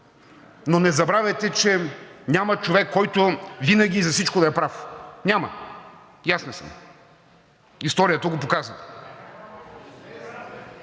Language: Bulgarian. Но не забравяйте, че няма човек, който винаги за всичко да е прав. Няма! И аз не съм. Историята го показва.